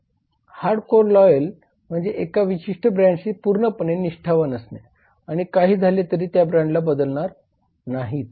hard core loyal म्हणजे एका विशिष्ट ब्रँडशी पूर्णपणे निष्ठावान असणे आणि काहीही झाले तरी ते ब्रँड बदलणार नाहीत